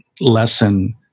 lesson